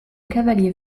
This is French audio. cavalier